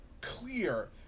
clear